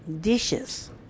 dishes